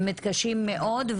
הם מתקשים מאוד,